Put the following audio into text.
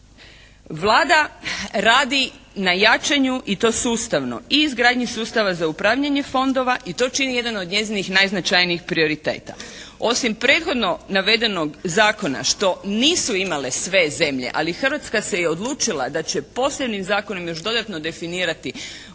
Vlada radi na jačanju i to sustavno. I izgradnji sustava za upravljanje fondova i to čini jedan od njezinih najznačajnijih prioriteta. Osim prethodno navedenog zakona što nisu imale sve zemlje, ali Hrvatska se je odlučila da će … /Govornica se ne razumije./ … zakonom još dodatno definirati